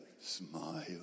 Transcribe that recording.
Smile